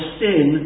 sin